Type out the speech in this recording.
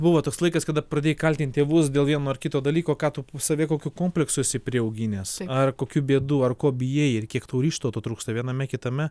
buvo toks laikas kada pradėjai kaltint tėvus dėl vieno ar kito dalyko ką pas save kokių kompleksų esi priauginęs ar kokių bėdų ar ko bijai ir kiek tau ryžto to trūksta viename kitame